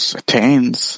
attains